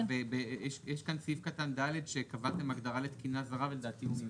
ויש כאן סעיף קטן (ד) שקבעתם הגדרה לתקינה זרה ולדעתי הוא מיותר.